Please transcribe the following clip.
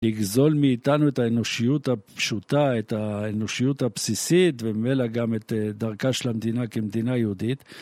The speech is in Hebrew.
לגזול מאיתנו את האנושיות הפשוטה, את האנושיות הבסיסית וממילא גם את דרכה של המדינה כמדינה יהודית.